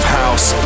house